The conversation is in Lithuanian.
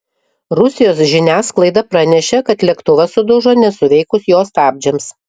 rusijos žiniasklaida pranešė kad lėktuvas sudužo nesuveikus jo stabdžiams